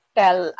tell